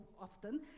often